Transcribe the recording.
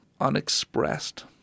unexpressed